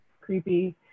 creepy